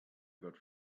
got